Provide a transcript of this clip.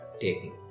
taking